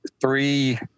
three